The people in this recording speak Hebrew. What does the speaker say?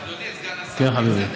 אבל אדוני סגן השר, כן, חברי.